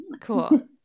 cool